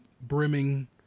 brimming